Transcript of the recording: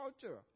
culture